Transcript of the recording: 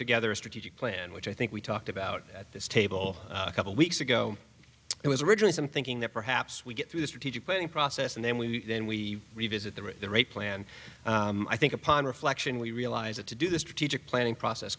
together a strategic plan which i think we talked about at this table a couple weeks ago it was originally some thinking that perhaps we get through the strategic planning process and then we then we revisit them at the rate plan i think upon reflection we realize that to do the strategic planning process